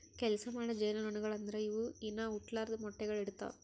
ಕೆಲಸ ಮಾಡೋ ಜೇನುನೊಣಗೊಳು ಅಂದುರ್ ಇವು ಇನಾ ಹುಟ್ಲಾರ್ದು ಮೊಟ್ಟೆಗೊಳ್ ಇಡ್ತಾವ್